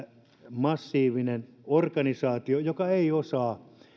massiivinen organisaatio joka ei osaa